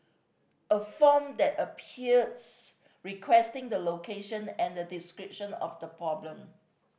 a form then appears requesting the location and a description of the problem